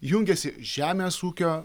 jungiasi žemės ūkio